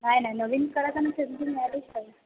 नाही नाही नवीन करायचं सेटच करा